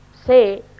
Say